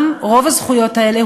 רוב הזכויות האלה,